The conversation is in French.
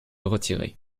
retiré